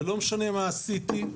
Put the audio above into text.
ולא משנה מה עשיתי,